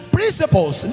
principles